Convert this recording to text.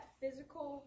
physical